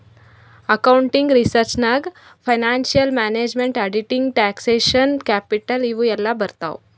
accounting research ನಾಗ್ financial management, auditing, taxation, capital ಇವು ಎಲ್ಲಾ ಬರ್ತಾವ್